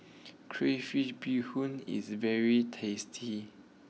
Crayfish BeeHoon is very tasty